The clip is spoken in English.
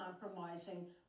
compromising